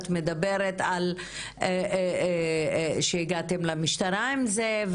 את מדברת על כך שהגעתם למשטרה עם זה,